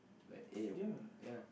like eh ya